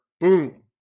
boom